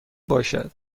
باشد